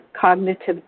cognitive